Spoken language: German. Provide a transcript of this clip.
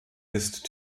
ist